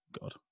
God